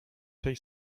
tej